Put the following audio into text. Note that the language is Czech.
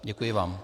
Děkuji vám.